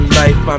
life